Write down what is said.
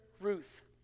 Ruth